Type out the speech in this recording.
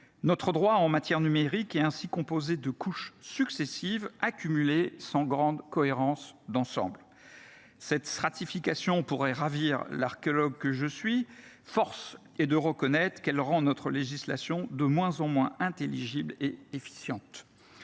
Notre droit en matière numérique est ainsi composé de couches successives, accumulées sans grande cohérence d’ensemble. Cette stratification pourrait ravir l’archéologue que je suis, mais force est de reconnaître qu’elle rend notre législation de moins en moins intelligible et efficiente.